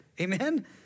amen